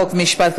חוק ומשפט,